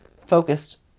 focused